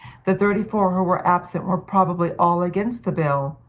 the thirty-four who were absent were probably all against the bill,